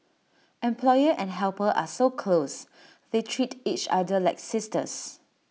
employer and helper are so close they treat each other like sisters